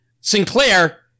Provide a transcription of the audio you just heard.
Sinclair